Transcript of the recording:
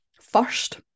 first